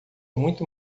muito